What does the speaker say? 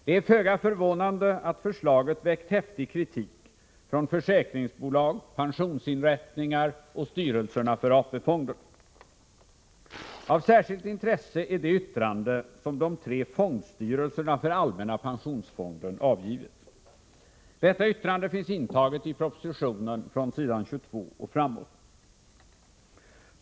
Det är föga förvånande att förslaget har väckt häftig kritik från försäkringsbolag, pensionsinrättningar och styrelserna för AP-fonden. Av särskilt intresse är det yttrande som de tre fondstyrelserna för allmänna pensionsfonden avgivit. Detta yttrande finns intaget i propositionen från s. 22 och framåt.